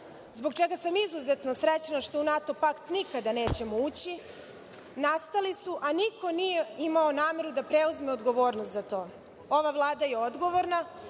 zbog čega sam izuzetno srećna što u NATO pakt nikada nećemo ući, nastali su, a niko nije imao nameru da preuzme odgovornost za to. Ova Vlada je odgovorna,